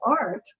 art